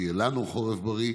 שיהיה לנו חורף בריא.